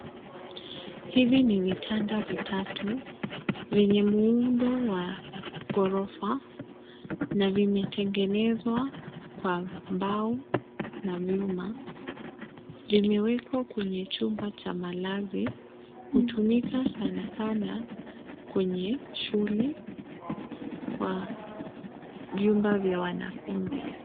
Hivi ni vitanda vitatu, vyenye muundo wa ghorofa, na vimetengenezwa, kwa, mbao, na vyuma, vimewekwa kwenye chumba cha malazi, hutumika sana sana, kwenye shule, kwa, vyumba vya wanafunzi.